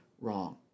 wrong